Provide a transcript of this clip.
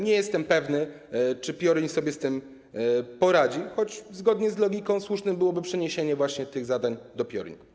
Nie jestem pewny, czy PIORiN sobie z tym poradzi, choć zgodnie z logiką słuszne byłoby przeniesienie tych zadań do PIORiN.